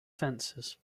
fences